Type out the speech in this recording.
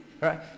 right